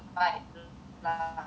can you hear me am I breaking